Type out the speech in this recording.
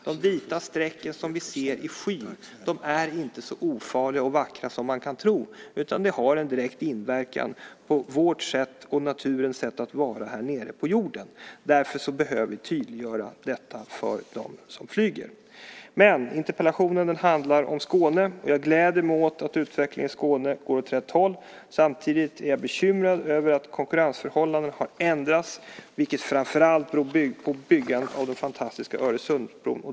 De vita streck som vi ser i skyn är inte så ofarliga och vackra som man kan tro utan har en direkt inverkan på vårt och naturens sätt att vara här nere på jorden. Därför behöver vi tydliggöra detta för dem som flyger. Men interpellationen handlar om Skåne. Jag gläder mig åt att utvecklingen i Skåne går åt rätt håll. Samtidigt är jag bekymrad över att konkurrensförhållandena har ändrats, vilket framför allt beror på byggandet av den fantastiska Öresundsbron.